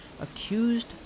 accused